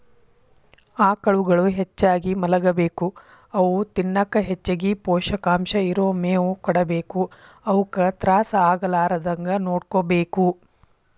ಆಕಳುಗಳು ಹೆಚ್ಚಾಗಿ ಮಲಗಬೇಕು ಅವು ತಿನ್ನಕ ಹೆಚ್ಚಗಿ ಪೋಷಕಾಂಶ ಇರೋ ಮೇವು ಕೊಡಬೇಕು ಅವುಕ ತ್ರಾಸ ಆಗಲಾರದಂಗ ನೋಡ್ಕೋಬೇಕು